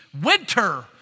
winter